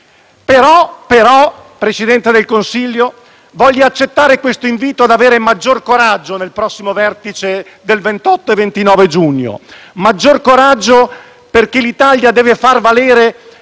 Signor Presidente del Consiglio, voglia però accettare questo invito ad avere maggior coraggio nel prossimo vertice del 28 e 29 giugno; maggior coraggio, perché l'Italia deve far valere